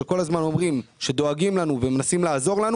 וכל הזמן אומרים שדואגים לנו ומנסים לעזור לנו